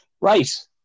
Right